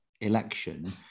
election